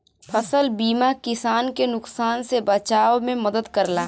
फसल बीमा किसान के नुकसान से बचाव में मदद करला